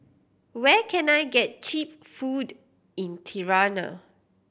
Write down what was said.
where can I get cheap food in Tirana